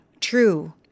true